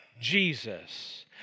Jesus